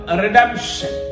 redemption